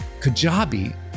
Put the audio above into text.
Kajabi